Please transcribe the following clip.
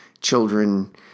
children